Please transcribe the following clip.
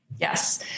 Yes